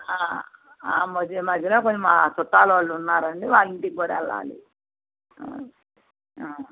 మధ్యలో కొన్ని మా చుట్టాలవాళ్ళు ఉన్నారు అండి వాళ్ళింటికి కూాడా వెళ్ళాలి